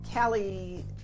Callie